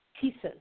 pieces